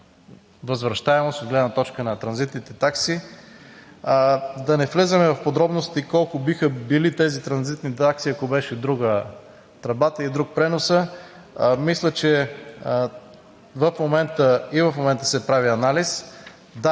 възвращаемост от гледна точка на транзитните такси. Да не влизаме в подробности колко биха били тези транзитни такси, ако беше друга тръбата и друг преносът. Мисля, че и в момента се прави анализ. Да,